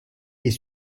est